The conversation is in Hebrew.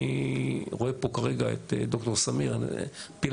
אני רואה פה כרגע את ד"ר סמיר אני מפיל